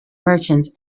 merchants